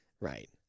Right